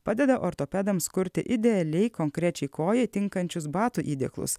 padeda ortopedams kurti idealiai konkrečiai kojai tinkančius batų įdėklus